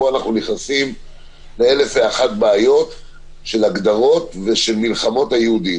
פה אנחנו נכנסים לאלף ואחת בעיות של הגדרות ושל מלחמות היהודים.